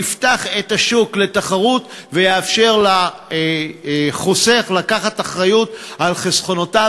יפתח את השוק לתחרות ויאפשר לחוסך לקחת אחריות לחסכונותיו,